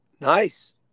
Nice